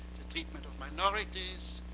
the treatment of minorities,